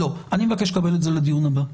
אני מבקש לקבל את זה לדיון הבא.